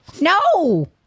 No